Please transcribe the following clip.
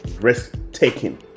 risk-taking